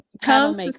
Come